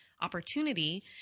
opportunity